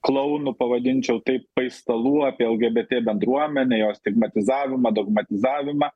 klounų pavadinčiau tai paistalų apie lgbt bendruomenę jos stigmatizavimą dogmatizavimą